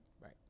right